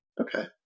Okay